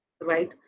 right